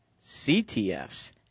CTS